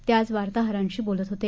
ते आज वार्ताहरांशी बोलत होते